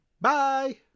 Bye